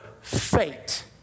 fate